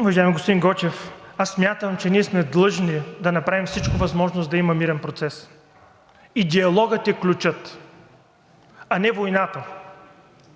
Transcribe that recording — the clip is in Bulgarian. Уважаеми господин Гочев, смятам, че ние сме длъжни да направим всичко възможно, за да има мирен процес и диалогът е ключът, а не войната!